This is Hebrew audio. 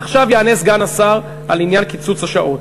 עכשיו יענה סגן השר על עניין קיצוץ השעות,